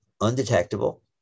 undetectable